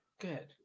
good